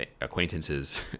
acquaintances